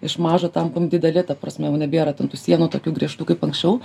iš mažo tampam dideli ta prasme jau nebėra ten tų sienų tokių griežtų kaip anksčiau